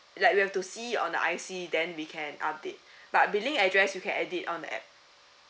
like we have to see on the I_C then we can update but billing address you can edit on the app